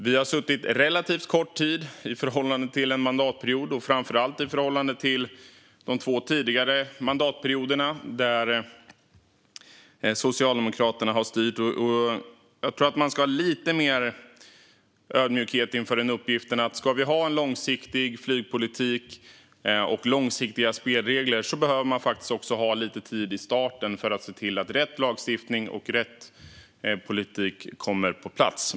Vi har suttit relativt kort tid i förhållande till en mandatperiod och framför allt i förhållande till de två tidigare mandatperioderna då Socialdemokraterna styrde. Jag tror att man ska ha lite mer ödmjukhet inför den här uppgiften. Ska vi ha en långsiktig flygpolitik och långsiktiga spelregler behöver vi faktiskt ha lite tid i starten för att se till att rätt lagstiftning och rätt politik kommer på plats.